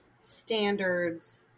standards